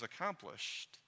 accomplished